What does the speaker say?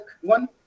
one